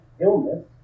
illness